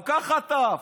גם ככה את עף,